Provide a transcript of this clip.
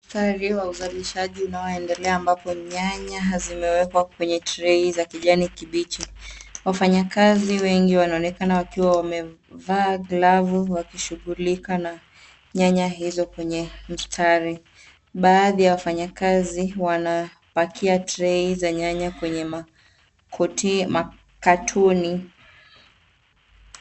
Mstari wa uzalishaji unaoendelea, ambapo nyanya zimewekwa kwenye trei za kijani kibichi. Wafanyakazi wengi wanaonekana wakiwa wamevaa glavu wakishughulika na nyanya izo kwenye mstari. Baadhi ya wafanyakazi wanapakia trei za nyanya kwenye makatoni.